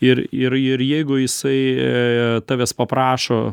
ir ir ir jeigu jisai tavęs paprašo